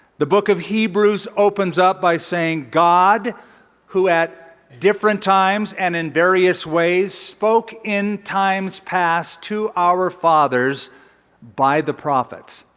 the book of hebrews opens up by saying, god who at different times and in various ways spoke in times past to our fathers by the prophets.